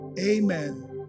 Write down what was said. Amen